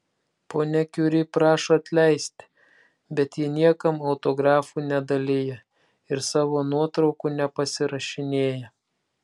ponia kiuri prašo atleisti bet ji niekam autografų nedalija ir savo nuotraukų nepasirašinėja